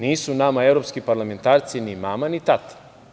Nisu nama evropski parlamentarci ni mama ni tata.